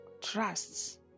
trusts